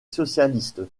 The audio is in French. socialiste